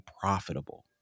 profitable